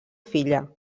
filla